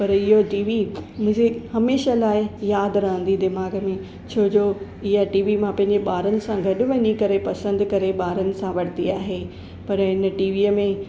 पर इहो टीवी मुझे हमेशा लाइ यादि रहंदी दिमाग़ में छोजो इहा टीवी मां पंहिंजे ॿारनि सां गॾु वञी करे पसंदि करे ॿारनि सां वरती आहे पर हिन टीवीअ में